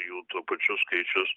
jų tuo pačiu skaičius